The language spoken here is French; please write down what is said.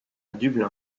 dublin